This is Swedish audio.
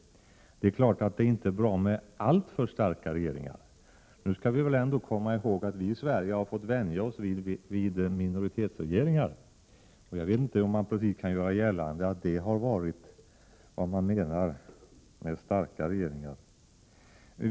Det är också klart att det inte är bra med alltför starka regeringar. Men vi skall komma ihåg att vi i Sverige har fått vänja oss vid minoritetsregeringar. Jag vet inte om man kan göra gällande att det har varit vad man menar med starka regeringar.